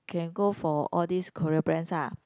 can go for all these Korea brands ah